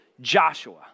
Joshua